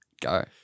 Go